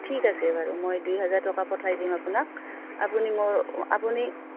ঠিক আছে বাৰু মই দুই হাজাৰ টকা পঠাই দিম আপোনাক আপুনি মোৰ আপুনি